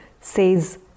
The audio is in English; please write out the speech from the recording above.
says